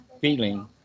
feeling